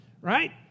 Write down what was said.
right